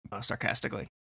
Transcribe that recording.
sarcastically